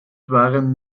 waren